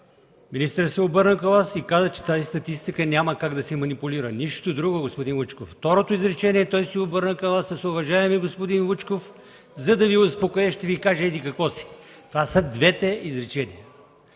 министърът се обърна към Вас и каза, че тази статистика няма как да се манипулира. Нищо друго, господин Вучков! С второто изречение той се обърна към Вас с „уважаеми господин Вучков, за да Ви успокоя ще Ви кажа” еди-какво си... Това са двете изречения.